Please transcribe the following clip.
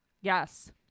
Yes